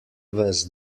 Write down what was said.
ves